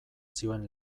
zioen